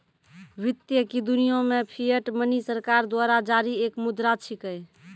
वित्त की दुनिया मे फिएट मनी सरकार द्वारा जारी एक मुद्रा छिकै